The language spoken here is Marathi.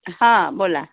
हा बोला